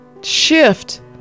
shift